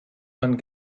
man